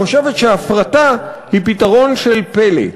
חושבת שהפרטה היא פתרון של פלא.